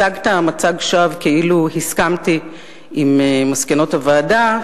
הצגת מצג שווא כאילו הסכמתי למסקנות הוועדה,